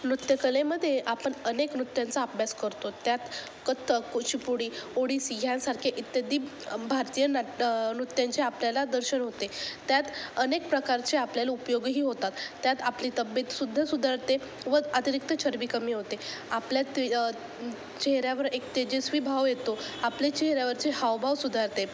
नृत्यकलेमध्ये आपण अनेक नृत्यांचा अभ्यास करतो त्यात कथ्थक कुचीपुडी ओडीसि ह्यांसारखे इत्यादी भारतीय नाट नृत्यांचे आपल्याला दर्शन होते त्यात अनेक प्रकारचे आपल्याला उपयोगीही होतात त्यात आपली तब्येतसुद्धा सुधारते व अतिरिक्त चरबी कमी होते आपल्या त चेहऱ्यावर एक तेजेस्वी भाव येतो आपले चेहऱ्यावरचे हावभाव सुधारते